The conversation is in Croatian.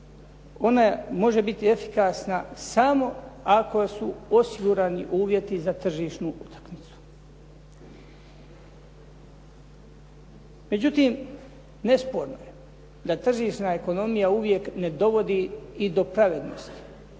ona može biti efikasna samo ako su osigurani uvjeti za tržišnu utakmicu. Međutim, nesporno je da tržišna ekonomija uvijek ne dovodi i do pravednosti.